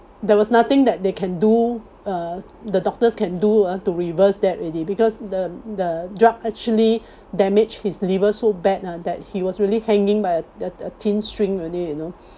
there was nothing that they can do uh the doctors can do ah to reverse that already because the the drug actually damage his liver so bad ah that he was really hanging by a a thin string only you know